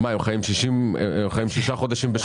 מה, הם חיים שישה חודשים בשנה?